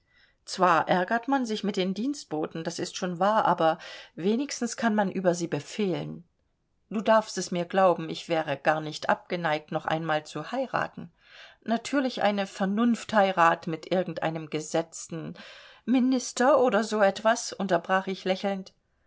zwar ärgert man sich mit den dienstboten das ist schon wahr aber wenigstens kann man über sie befehlen du darfst es mir glauben ich wäre gar nicht abgeneigt noch einmal zu heiraten natürlich eine vernunftheirat mit irgend einem gesetzten minister oder so etwas unterbrach ich lächelnd